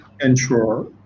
ensure